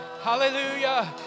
Hallelujah